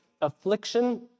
affliction